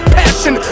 passion